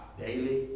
daily